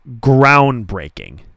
groundbreaking